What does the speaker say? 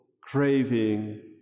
craving